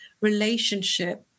relationship